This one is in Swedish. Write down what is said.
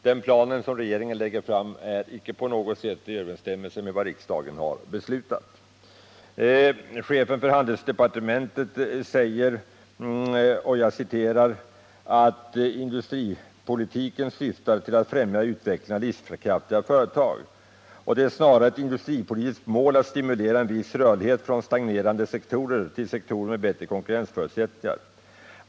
Den plan som regeringen lägger fram visar föga överensstämmelse med vad riksdagen har beslutat. Chefen för handelsdepartementet säger t.ex. att industripolitiken syftar till att främja och utveckla livskraftiga företag, och det är snarare ett industripolitiskt mål att stimulera en viss rörlighet från stagnerande sektorer till sektorer med bättre konkurrensförutsättningar.